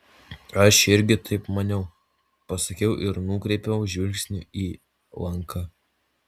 aš irgi taip maniau pasakiau ir nukreipiau žvilgsnį į įlanką